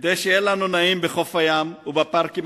כדי שיהיה לנו נעים בחוף הים ובפארקים